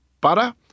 Butter